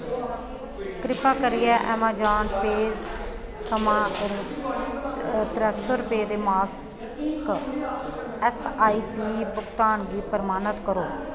कृपा करियै Amazon pay थमां त्रै सौ रपेऽ दे मासक ऐस्स आई पी भुगतान गी प्रमाणत करो